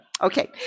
Okay